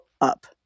up